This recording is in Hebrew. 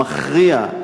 המכריע,